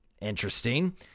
Interesting